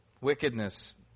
wickedness